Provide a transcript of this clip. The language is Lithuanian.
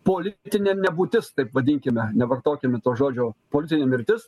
politinė nebūtis taip vadinkime nevartokime to žodžio politinė mirtis